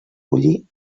bullir